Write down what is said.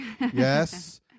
Yes